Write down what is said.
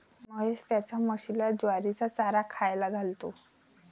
महेश त्याच्या म्हशीला ज्वारीचा चारा खायला घालतो